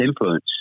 influence